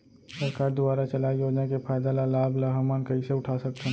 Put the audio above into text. सरकार दुवारा चलाये योजना के फायदा ल लाभ ल हमन कइसे उठा सकथन?